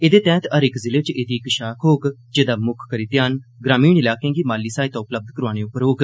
एहदे तैहत हर इक जिले च एह्दी इक्क शाखा होग जेदा मुक्ख करी ध्यान ग्रामीण इलाकें गी माली सहायता उपलब्ध करौआने पर होग